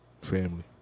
Family